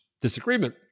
disagreement